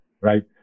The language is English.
right